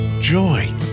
Joy